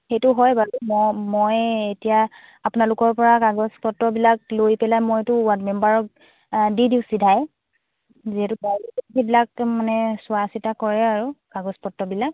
সেইটো হয় বাৰু ম মই এতিয়া আপোনালোকৰ পৰা কাগজ পত্ৰবিলাক লৈ পেলাই মইতো ৱাৰ্ড মেম্বাৰক দি দিওঁ চিধাই যিহেতু সেইবিলাক মানে চোৱা চিতা কৰে আৰু কাগজ পত্ৰবিলাক